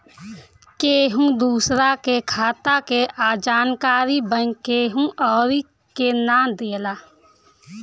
केहू दूसरा के खाता के जानकारी बैंक केहू अउरी के ना देला